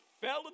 fell